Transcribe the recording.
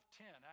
ten